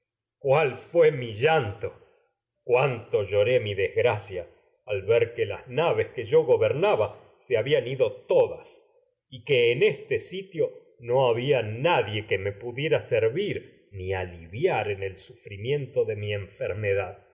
cuál fué mi llanto cuánto lloré mi des gracia al ver que las naves que yo ido gobernaba se habían todas y que en este sitio no había nadie que me pudiera servir ni aliviar en el sufrimiento medad de